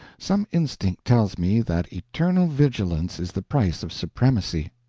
some instinct tells me that eternal vigilance is the price of supremacy.